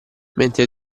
mentre